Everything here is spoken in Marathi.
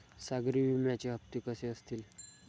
सागरी विम्याचे हप्ते कसे असतील?